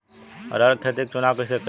अरहर के खेत के चुनाव कईसे करी?